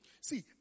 see